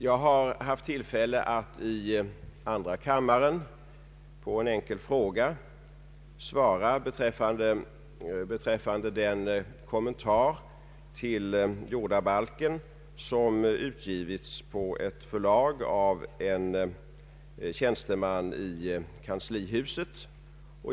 Jag har i andra kammaren haft tillfälle att svara på en enkel fråga beträffande den kommentar till jordabalken som utgivits på ett förlag av en tjänsteman i kanslihuset.